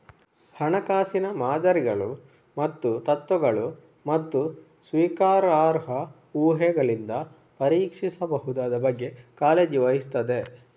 ಹಣಕಾಸಿನ ಮಾದರಿಗಳು ಮತ್ತು ತತ್ವಗಳು, ಮತ್ತು ಸ್ವೀಕಾರಾರ್ಹ ಊಹೆಗಳಿಂದ ಪರೀಕ್ಷಿಸಬಹುದಾದ ಬಗ್ಗೆ ಕಾಳಜಿ ವಹಿಸುತ್ತದೆ